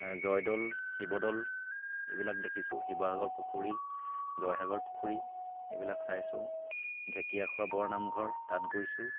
জয়দৌল শিৱদৌল এইবিলাক দেখিছোঁ শিৱসাগৰ পুখুৰী জয়সাগৰ পুখুৰী এইবিলাক চাইছোঁ ঢেঁকীয়া খোৱা বৰ নামঘৰ তাত গৈছোঁ